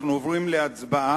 אנחנו עוברים להצבעה.